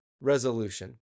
resolution